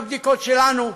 בבדיקות שלנו,